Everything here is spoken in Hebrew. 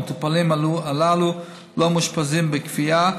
המטופלים הללו לא מאושפזים בכפייה,